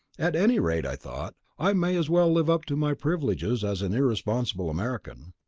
at any rate, i thought, i may as well live up to my privileges as an irresponsible american.